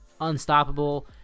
unstoppable